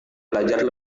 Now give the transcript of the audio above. belajar